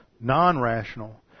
non-rational